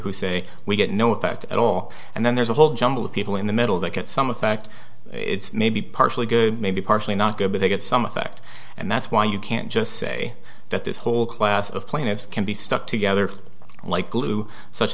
who say we get no effect at all and then there's a whole jumble of people in the middle that get some effect it's maybe partially maybe partially not good but they get some effect and that's why you can't just say that this whole class of plaintiffs can be stuck together like glue such